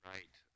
Right